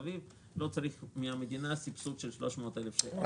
אביב לא צריך סבסוד מן המדינה של 300,000 שקל.